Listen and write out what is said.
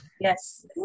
Yes